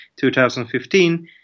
2015